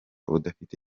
udafite